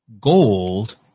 gold